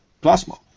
Plasma